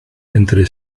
entre